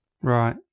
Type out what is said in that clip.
Right